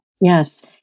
Yes